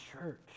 church